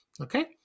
okay